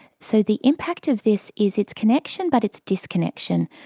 so the impact of this is it's connection but it's disconnection.